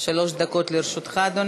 שלוש דקות לרשותך, אדוני.